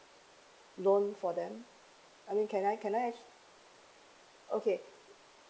loan for them I mean can I can I actu~ okay